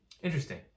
Interesting